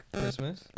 christmas